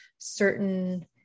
certain